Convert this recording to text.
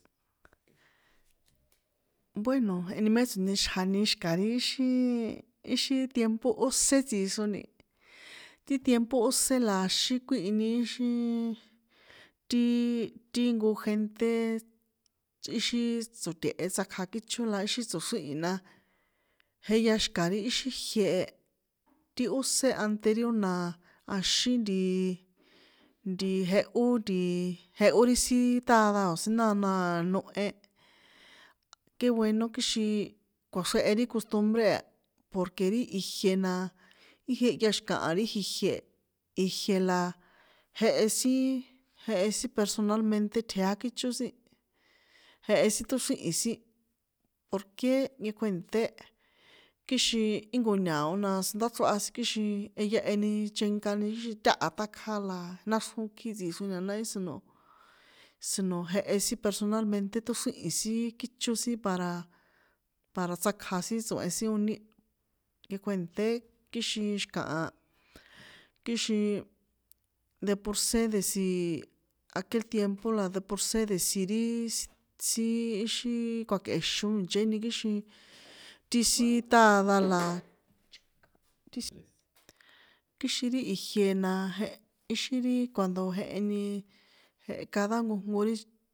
Bueno jeheni mé tsonixjani xi̱kah ri xíi, íxi tiempo ósé tsixroni, ti tiempo ósé la axí kuíhi íxin ti, ti nko gente, chꞌi ixin tso̱te̱he̱ tsakja kíxhó íxín tso̱xríhi̱na jehya xi̱ka ri íxi ijie, ti ósé anterior a na axín ntiii, ntiii jehó nti, jehó ri sin ṭada o̱ sin nána aa, nohe, ké nueno kixin kꞌuaxrjehe ri xontubre a porque ri ijie na, í jehya xi̱kaha ri ijie, ijie̱ la jehe sin, jehe sin personalmente tjeá kícho sin, jehe sin ṭóxríhi̱n sin, porké nkekuènṭé kixin íjnko ña̱o na tsondáchroha sin kixin jehya eni chenkani kixin táha tákja la náxrjón kjí tsixroni na náhi sono, sino jehe sin personalmente ṭꞌóxríhi̱n sin kíchó sin para, para tsakja sin tso̱hen sin unir, nkekuènṭé kixin xi̱kaha, kixin deporsé desi aquel tiempo la deporsé desi riiii, si siiii íxín kjuakꞌexón ìnchéni kixin ti sin táda la, ti sin, kixin ri ijie na jeh íxín ri cuando jeheni, jehe cada nkojnko ri.